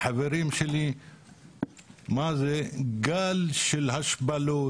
אני והחברים שלי תחת גל של השפלות,